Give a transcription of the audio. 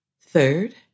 Third